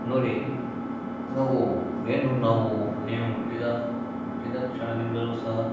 ನೋಡಿ ನಾವು ಏನು ನಾವು ಏನು ಹುಟ್ಟಿದ ಹುಟ್ಟಿದ ಕ್ಷಣದಿಂದಲೂ ಸಹ